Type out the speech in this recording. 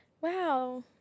Wow